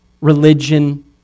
religion